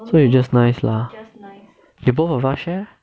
so it's just nice lah if both of us share leh